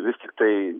vis tiktai